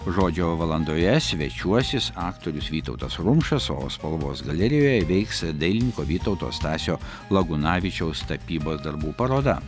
žodžio valandoje svečiuosis aktorius vytautas rumšas o spalvos galerijoje veiks dailininko vytauto stasio lagūnavičiaus tapybos darbų paroda